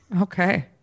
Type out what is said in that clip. okay